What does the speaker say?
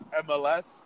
MLS